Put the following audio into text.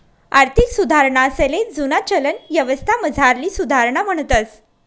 आर्थिक सुधारणासले जुना चलन यवस्थामझारली सुधारणा म्हणतंस